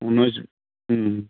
উনৈশ